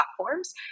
platforms